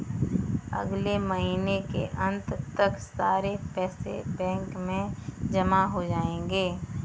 अगले महीने के अंत तक सारे पैसे बैंक में जमा हो जायेंगे